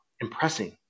impressing